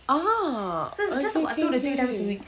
ah ookay K okay